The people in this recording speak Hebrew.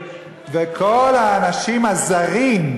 שכל הרופאים ילכו לשר"פ, וכל האנשים ה"זרים",